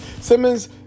Simmons